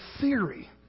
theory